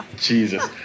Jesus